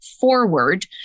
forward